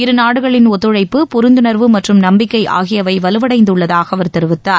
இரு நாடுகளின் ஒத்துழழப்பு புரிந்துணர்வு மற்றும் நம்பிக்கை ஆகியவை வலுவடைந்துள்ளதாக அவர் தெரிவித்தார்